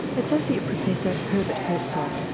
associate professor herbert herzog,